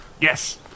yes